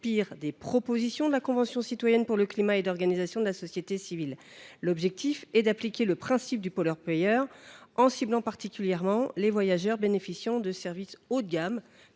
inspiré des propositions de la Convention citoyenne pour le climat et d’organisations de la société civile. L’idée est d’appliquer le principe pollueur payeur, en ciblant particulièrement les voyageurs bénéficiant de services haut de gamme